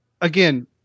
again